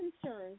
concerns